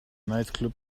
nightclub